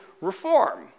reform